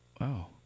Wow